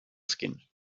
skin